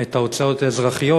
את ההוצאות האזרחיות,